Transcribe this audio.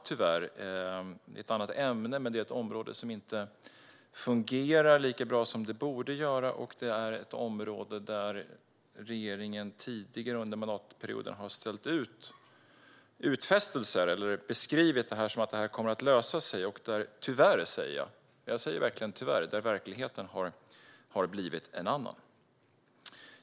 Det är ett annat ämne, men det är ett område som inte fungerar lika bra som det borde göra, och det är även ett område där regeringen tidigare under mandatperioden har gjort utfästelser eller beskrivit att det här kommer att lösa sig. Tyvärr, och jag säger verkligen tyvärr, har verkligheten blivit en annan.